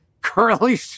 Curly